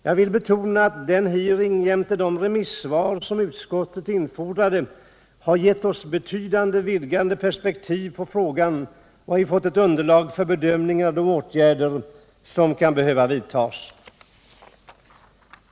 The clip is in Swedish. Jag vill betona att denna hearing jämte de remissvar som utskottet infordrade har gett oss betydligt vidgade perspektiv på frågan och att vi fått ett underlag för bedömning av de åtgärder som kan behöva vidtas.